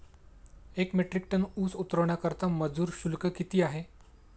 एक metric tonne ऊस उतरवण्याकरता मजूर शुल्क किती आहे?